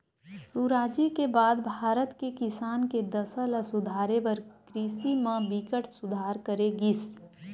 सुराजी के बाद भारत के किसान के दसा ल सुधारे बर कृषि म बिकट सुधार करे गिस